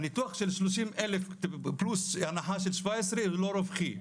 הניתוח של ה-30,000 ₪ פלוס ההנחה של ה-17,000 ₪ הוא לא רווחי,